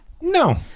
No